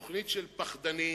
תוכנית של פחדנים,